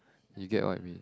you get what I mean